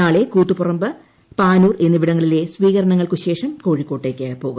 നാളെ കൂത്തുപറമ്പ്പാനൂർ എന്നിവിടങ്ങളിലെ സ്വീകരണങ്ങൾക്കുശേഷം കോഴിക്കോട്ടേക്ക് പോകും